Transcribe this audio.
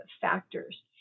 factors